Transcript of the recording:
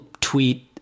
tweet